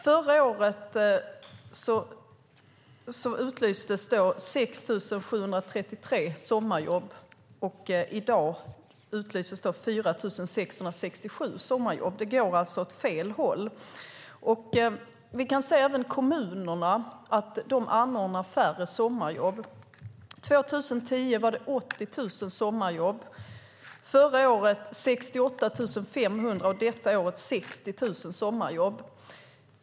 Förra året utlystes 6 733 sommarjobb. I dag utlyses 4 667 sommarjobb. Det går alltså åt fel håll. Även kommunerna anordnar färre sommarjobb. År 2010 fanns 80 000 sommarjobb. Förra året fanns 68 500 sommarjobb, och detta år finns 60 000 sommarjobb.